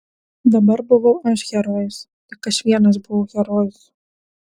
dabar buvau aš herojus tik aš vienas buvau herojus